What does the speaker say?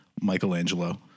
Michelangelo